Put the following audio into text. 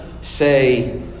say